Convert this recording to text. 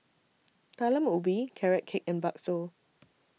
Talam Ubi Carrot Cake and Bakso